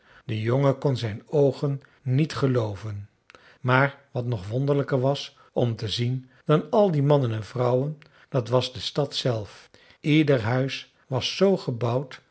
de jongen kon zijn oogen niet gelooven maar wat nog wonderlijker was om te zien dan al die mannen en vrouwen dat was de stad zelf ieder huis was z gebouwd